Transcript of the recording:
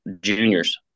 juniors